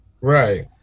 Right